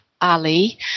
Ali